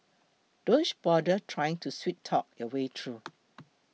don't bother trying to sweet talk your way through